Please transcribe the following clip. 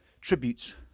tributes